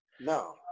No